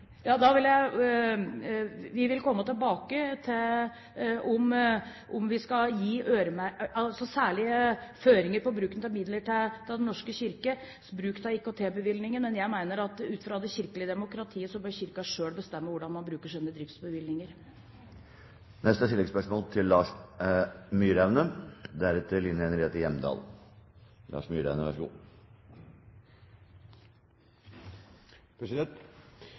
Vi vil komme tilbake med om vi skal gi særlige føringer for Den norske kirkes bruk av IKT-bevilgninger. Men jeg mener, ut fra det kirkelige demokratiet, at Kirken selv bør bestemme hvordan man bruker sine driftsbevilgninger. Lars Myraune – til